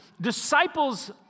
disciples